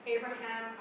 Abraham